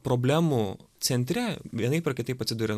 problemų centre vienaip ar kitaip atsiduria